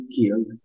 killed